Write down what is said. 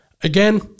again